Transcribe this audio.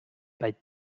bei